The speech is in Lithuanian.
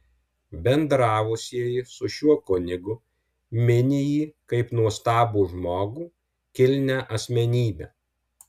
bendravusieji su šiuo kunigu mini jį kaip nuostabų žmogų kilnią asmenybę